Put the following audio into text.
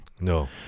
No